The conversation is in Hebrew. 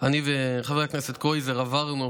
אני וחבר הכנסת קרויזר, עברנו